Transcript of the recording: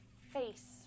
face